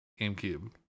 GameCube